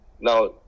Now